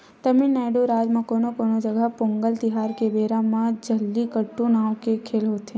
तमिलनाडू राज म कोनो कोनो जघा पोंगल तिहार के बेरा म जल्लीकट्टू नांव के खेल होथे